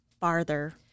farther